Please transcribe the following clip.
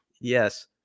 Yes